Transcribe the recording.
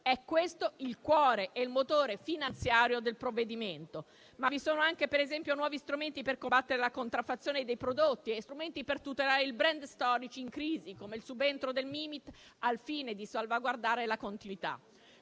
È questo il cuore e il motore finanziario del provvedimento. Ma vi sono anche, per esempio, nuovi strumenti per combattere la contraffazione dei prodotti e strumenti per tutelare i *brand* storici in crisi, come il subentro del Mimit, al fine di salvaguardare la continuità.